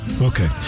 Okay